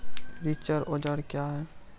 रिचर औजार क्या हैं?